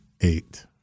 eight